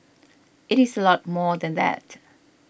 it is a lot more than that